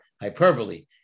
hyperbole